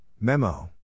Memo